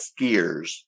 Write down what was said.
skiers